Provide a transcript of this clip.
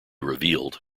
revealed